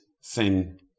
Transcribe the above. sin